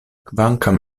kvankam